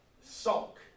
sulk